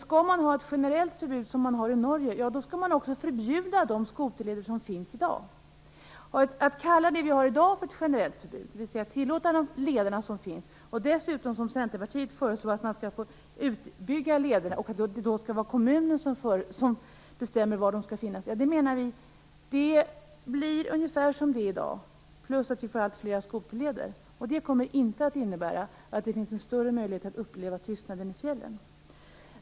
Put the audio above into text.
Skall man ha ett generellt förbud, som man har i Norge, så skall man också förbjuda de skoterleder som finns i dag. Att kalla det vi har i dag för ett generellt förbud, dvs. att tillåta de leder som finns och dessutom som Centerpartiet föreslå att man skall få bygga ut lederna och att kommunen då skall få bestämma var de skall finnas, menar vi blir ungefär som det är i dag plus att vi får alltfler skoterleder. Det kommer inte att innebära att det finns större möjlighet att uppleva tystnaden i fjällen.